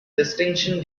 distinction